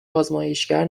آزمایشگر